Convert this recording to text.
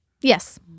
Yes